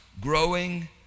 growing